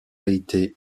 été